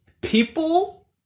people